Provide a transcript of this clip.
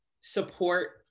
support